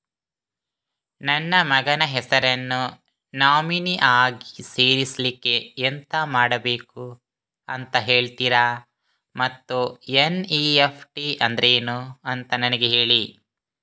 ನನ್ನ ಮಗನ ಹೆಸರನ್ನು ನಾಮಿನಿ ಆಗಿ ಸೇರಿಸ್ಲಿಕ್ಕೆ ಎಂತ ಮಾಡಬೇಕು ಅಂತ ಹೇಳ್ತೀರಾ ಮತ್ತು ಎನ್.ಇ.ಎಫ್.ಟಿ ಅಂದ್ರೇನು ಅಂತ ನನಗೆ ಹೇಳಿ